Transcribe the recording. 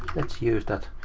let's use that,